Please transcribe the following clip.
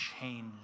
change